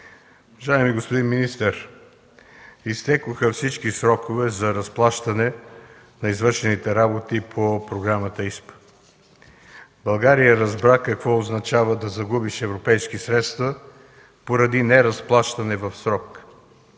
Уважаеми господин министър, изтекоха всички срокове за разплащане на извършените работи по Програмата ИСПА. България разбра какво означава да загубиш европейски средства поради неразплащане в срок.